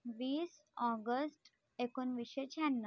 वीस ऑगस्ट एकोणवीसशे शहाण्णव